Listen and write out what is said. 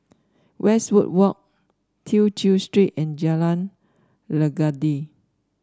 Westwood Walk Tew Chew Street and Jalan Legundi